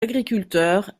agriculteurs